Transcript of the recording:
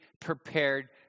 prepared